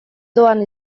doan